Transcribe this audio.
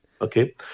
okay